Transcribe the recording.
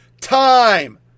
Time